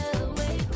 away